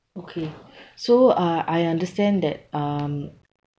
okay so uh I understand that um